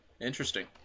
Interesting